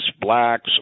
blacks